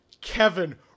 Kevin